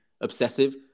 obsessive